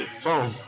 phone